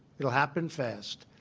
it will happen fast.